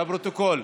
לפרוטוקול.